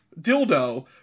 dildo